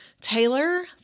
Taylor